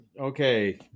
Okay